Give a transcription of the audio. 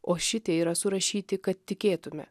o šitie yra surašyti kad tikėtume